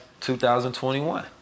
2021